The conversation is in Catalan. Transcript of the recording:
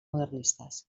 modernistes